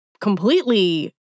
completely